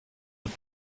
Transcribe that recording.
but